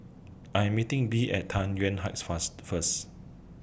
I Am meeting Bee At Tai Yuan Heights fast First